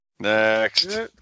Next